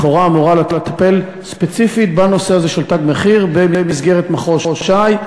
לכאורה אמורה לטפל ספציפית בנושא הזה של "תג מחיר" במסגרת מחוז ש"י,